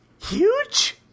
huge